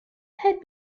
had